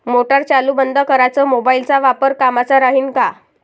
Motor चालू बंद कराच मोबाईलचा वापर कामाचा राहीन का?